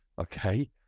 okay